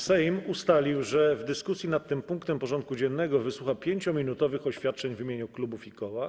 Sejm ustalił, że w dyskusji nad tym punktem porządku dziennego wysłucha 5-minutowych oświadczeń w imieniu klubów i koła.